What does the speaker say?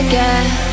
Again